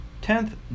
Tenth